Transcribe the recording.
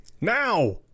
Now